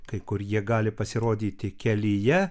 kai kur jie gali pasirodyti kelyje